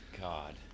God